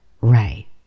right